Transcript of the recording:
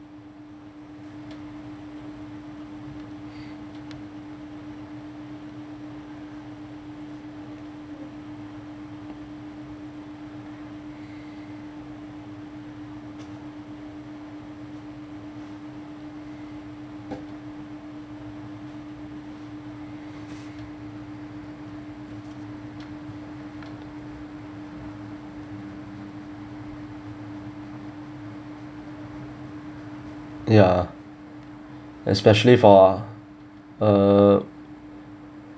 ya especially for uh